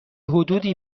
حدودی